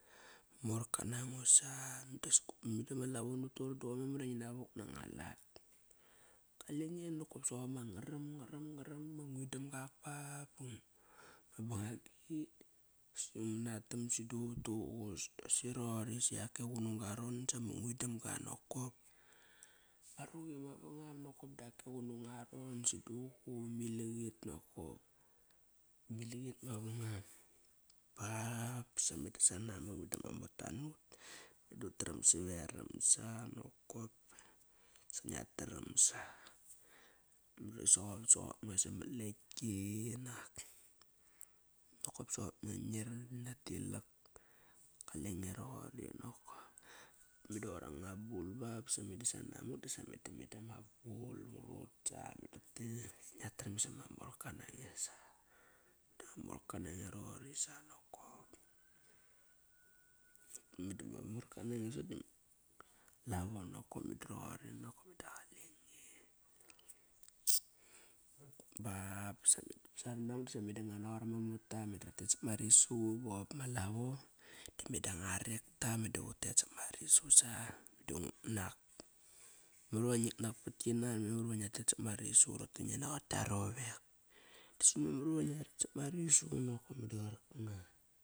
Morka nango sa me da ma lavo nut toqori da qoir memar ingi na wok nanga lat. Kaleng nokop soqop ama ngaram, ngaram, ngaram, ma nguidamga ba ba bangagi. Si ngu man atam si duququ vat duququs dosi roqori. Siak e qunung ga ron sama ngui dam ga nokop. Ma nuqi, ma luqi ma vangam nokop dak e qunung aron. Si duququ ma ilak qit nakop. Ma liak qit mavangam ba basa meda sanamak dama mota nut dut tram saveram sa nokop. sa ngia taram sa. Mamar i soqop nge samat lekti inak nokop soqop nge ngia tilak. Kaleng roqori nokop. Meda qoir anga bul ba basa meda sanamak dasa meda, meda a ma bul ngia tram isama morka nange. Sa. Dama morka nange roqori sa nokop. Meda ma morka nange sop dama lavo nokop. Meda rhoqori nokop. Meda qalenge. bap basa meda saranamak dasa nagot ama morta meda ratet ngua. Sap ma risu bop ma lavo da meda ngua rekta meda vut tet sap ma risu sa. Da nguk nak. Mamar iva ngik nak pat gi nan, mamr iva ngia tet sap ma risu rote ngia naqot kiare gia rovek. Disi mamar iva ngia net sap ma risu noko meda qarkanga